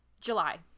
July